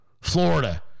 Florida